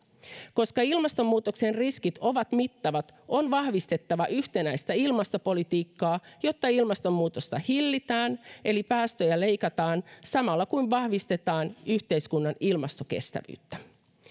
koska ilmastonmuutoksen riskit ovat mittavat on vahvistettava yhtenäistä ilmastopolitiikkaa jotta ilmastonmuutosta hillitään eli päästöjä leikataan samalla kun vahvistetaan yhteiskunnan ilmastokestävyyttä